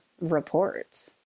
reports